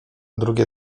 drugie